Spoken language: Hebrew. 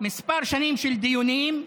כמה שנים של דיונים,